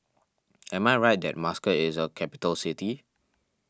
am I right that Muscat is a capital city